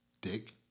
Dick